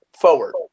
forward